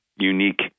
unique